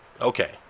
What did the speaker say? Okay